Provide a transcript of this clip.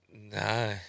No